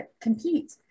compete